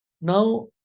Now